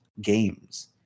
games